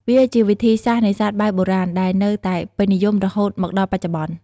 វាជាវិធីសាស្រ្តនេសាទបែបបុរាណ ដែលនៅតែពេញនិយមរហូតមកដល់បច្ចុប្បន្ន។